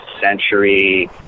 century